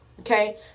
Okay